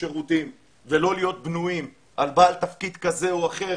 שירותים ולא להיות בנויים על בעל תפקיד כזה או אחר,